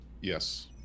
yes